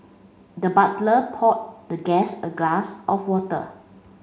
the butler poured the guest a glass of water